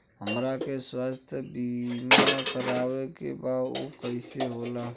हमरा के स्वास्थ्य बीमा कराए के बा उ कईसे होला?